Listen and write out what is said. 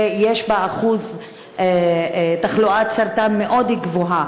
ויש בה אחוז תחלואת סרטן מאוד גבוה.